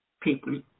people